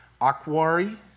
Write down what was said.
Aquari